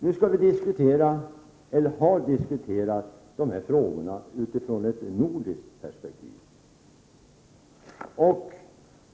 Nu har vi diskuterat de här frågorna utifrån ett nordiskt perspektiv.